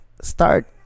start